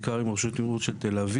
בעיקר עם רשות התמרור של תל-אביב.